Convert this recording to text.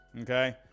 okay